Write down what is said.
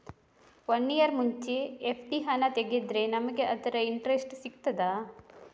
One year ಮುಂಚೆ FD ಹಣ ತೆಗೆದ್ರೆ ನಮಗೆ ಅದರ ಇಂಟ್ರೆಸ್ಟ್ ಸಿಗ್ತದ?